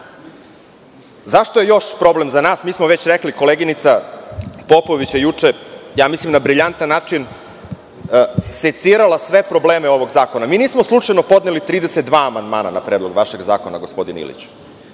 je još problem za nas? Mi smo već rekli, koleginica Popović je juče, mislim na brilijantan način secirala sve probleme ovog zakona. Mi nismo slučajno podneli 32 amandmana na predlog vašeg zakona, gospodine Iliću.